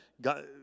God